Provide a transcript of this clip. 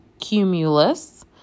cumulus